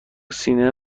سینه